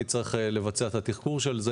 יצטרכו לבצע את התחקור של זה,